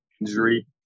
injury